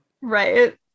Right